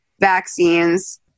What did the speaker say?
vaccines